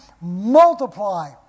multiply